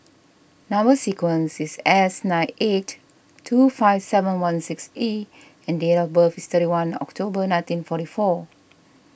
Number Sequence is S nine eight two five seven one six E and date of birth is thirty one October nineteen forty four